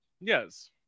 Yes